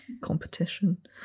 competition